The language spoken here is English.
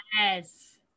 Yes